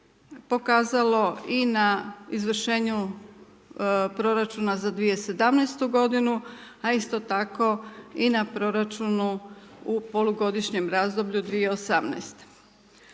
pokazalo i na izvršenju proračuna za 2017. g., a isto tako i na proračunu u polugodišnjem razdoblju 2018.